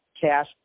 cash